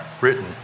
written